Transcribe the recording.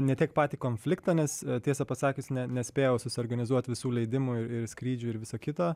ne tiek patį konfliktą nes tiesą pasakius ne nespėjau susiorganizuot visų leidimų ir skrydžių ir viso kito